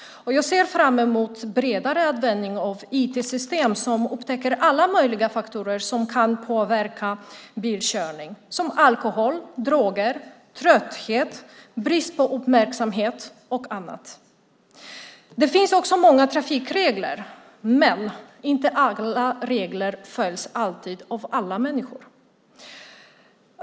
Jag ser fram emot bredare användning av IT-system som upptäcker alla möjliga faktorer som kan påverka bilkörning - alkohol, droger, trötthet, brist på uppmärksamhet och annat. Det finns också många trafikregler, men inte alla regler följs alltid av alla människor.